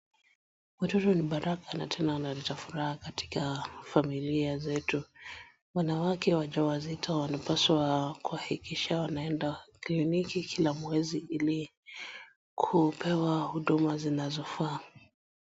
Watoto ni baraka na tena wanaleta furaha katika familia zetu. Wanawake wajawazito wanapaswa kuhakikisha wanaenda kliniki kila mwezi ili kupewa huduma zinazofaa.